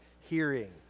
hearing